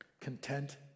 content